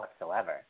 whatsoever